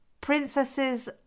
Princesses